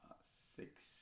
six